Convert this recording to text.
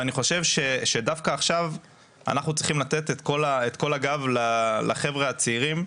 ואני חושב שדווקא עכשיו אנחנו צריכים לתת את כל הגב לחבר'ה הצעירים,